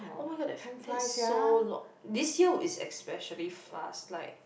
oh-my-god that that's so lo~ this year is especially fast like